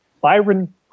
Byron